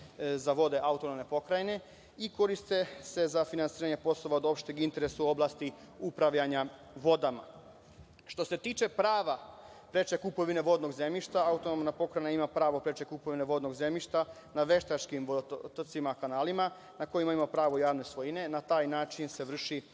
za vode AP i koriste se za finansiranje poslova od opšteg interesa u oblasti upravljanja vodama. Što se tiče prava preče kupovine vodnog zemljišta, Autonomna pokrajina ima pravo preče kupovine vodnog zemljišta na veštačkim vodotocima, kanalima, na kojima pravo javne svojine. Na taj način se vrši